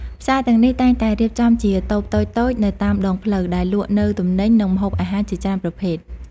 ផ្សារទាំងនេះតែងតែរៀបចំជាតូបតូចៗនៅតាមដងផ្លូវ ដែលលក់នូវទំនិញ និងម្ហូបអាហារជាច្រើនប្រភេទ។